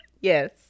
yes